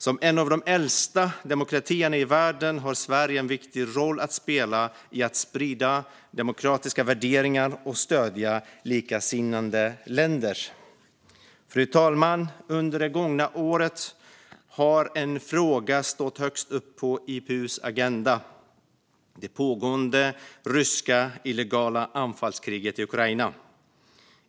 Som en av de äldsta demokratierna i världen har Sverige en viktig roll att spela i att sprida demokratiska värderingar och stödja likasinnade länder. Fru talman! Under det gångna året har en fråga stått högst upp på IPU:s agenda - det pågående ryska illegala anfallskriget i Ukraina.